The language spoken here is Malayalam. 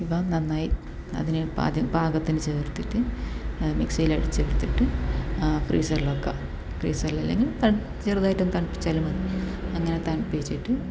ഇവ നന്നായി അതിന് പാചക പാകത്തിന് ചേർത്തിട്ട് മിക്സിയിൽ അടിച്ചെടുത്തിട്ട് ഫ്രീസറിൽ വെക്കുക ഫ്രീസറിൽ അല്ലെങ്കിൽ ത ചെറുതായിട്ടൊന്ന് തണുപ്പിച്ചാലും മതി അങ്ങനെ തണുപ്പിച്ചിട്ട്